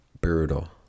brutal